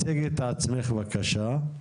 תציגי את עצמך בבקשה.